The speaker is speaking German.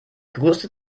größte